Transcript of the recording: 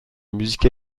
musique